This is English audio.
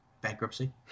Bankruptcy